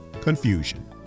confusion